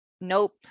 Nope